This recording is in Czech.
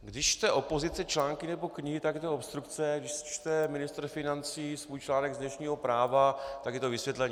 Když čte opozice články nebo knihy, tak jde o obstrukce, když čte ministr financí svůj článek z dnešního Práva, tak je to vysvětlení.